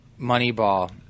Moneyball